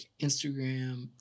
Instagram